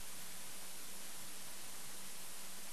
ושמענו